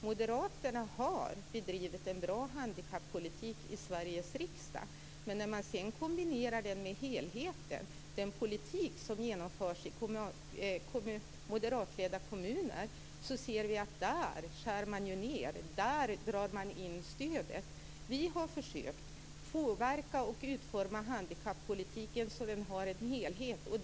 Moderaterna har bedrivit en bra handikappolitik i Sveriges riksdag, men när man ser helheten och den politik som genomförs i moderatledda kommuner finner vi att man där skär ned. Där drar man in stödet. Vi har försökt påverka och utforma handikappolitiken så att det finns en helhet.